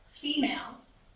females